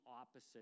opposite